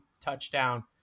touchdown